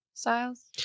Styles